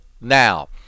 now